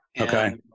Okay